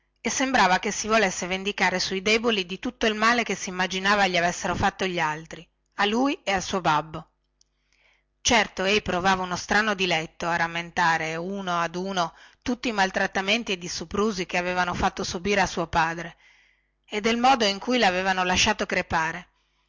e sembrava che si volesse vendicare sui deboli di tutto il male che simmaginava gli avessero fatto a lui e al suo babbo certo ei provava uno strano diletto a rammentare ad uno ad uno tutti i maltrattamenti ed i soprusi che avevano fatto subire a suo padre e del modo in cui lavevano lasciato crepare